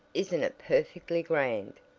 isn't it perfectly grand!